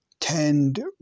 Tend